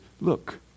look